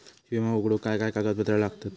विमो उघडूक काय काय कागदपत्र लागतत?